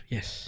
Yes